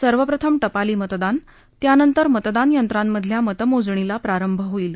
सर्वप्रथम टपाली मतदान त्यानंतर मतदान यंत्रांमधल्या मतमोजणीला प्रारंभ होईल